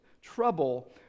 trouble